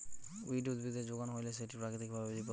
weed উদ্ভিদের যোগান হইলে সেটি প্রাকৃতিক ভাবে বিপদ ঘটায়